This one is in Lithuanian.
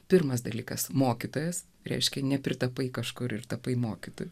pirmas dalykas mokytojas reiškia nepritapai kažkur ir tapai mokytoju